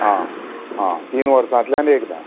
हां हां तीन वर्सांतल्यान एकदा